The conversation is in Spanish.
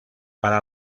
para